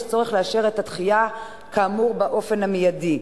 יש צורך לאשר את הדחייה כאמור באופן מיידי.